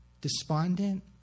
despondent